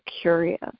curious